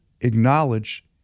acknowledge